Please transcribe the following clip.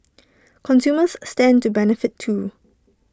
consumers stand to benefit too